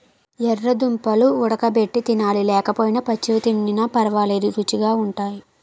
యెర్ర దుంపలు వుడగబెట్టి తినాలి లేకపోయినా పచ్చివి తినిన పరవాలేదు రుచీ గుంటయ్